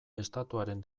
estatuaren